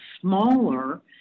smaller